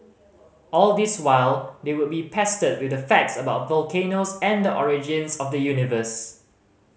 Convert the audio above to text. all this while they would be pestered with facts about volcanoes and the origins of the universe